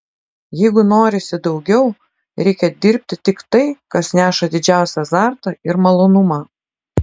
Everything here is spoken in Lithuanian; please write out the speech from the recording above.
jeigu norisi daugiau reikia dirbti tik tai kas neša didžiausią azartą ir malonumą